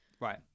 Right